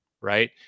Right